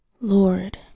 Lord